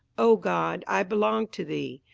o god, i belong to thee,